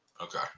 Okay